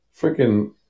freaking